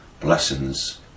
blessings